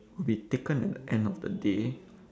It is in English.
will be taken at the end of the day